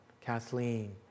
Kathleen